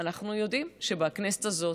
אנחנו יודעים שבכנסת הזאת,